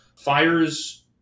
Fires